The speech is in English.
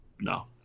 No